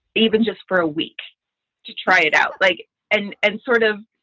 even just for a week to try it out. like and and sort of.